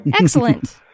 Excellent